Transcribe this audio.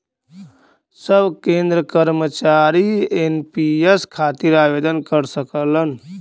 सब केंद्र कर्मचारी एन.पी.एस खातिर आवेदन कर सकलन